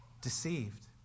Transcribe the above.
Deceived